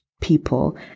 people